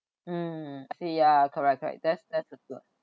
mm see ya correct correct that's place to go